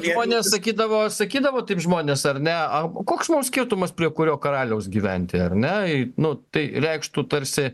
žmonės sakydavo sakydavo taip žmonės ar ne ab o koks skirtumas prie kurio karaliaus gyventi ar ne į nu tai reikštų tarsi